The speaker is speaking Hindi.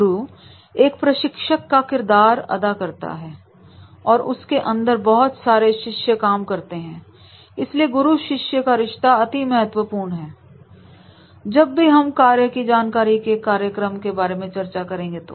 गुरु एक प्रशिक्षक का किरदार अदा करता है और उसके अंदर बहुत सारे शिष्य काम करते हैं इसलिए गुरु शिष्य का रिश्ता अति महत्वपूर्ण है जब भी हम कार्य की जानकारी के कार्यक्रम के बारे में चर्चा करेंगे तो